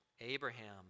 Abraham